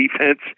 defense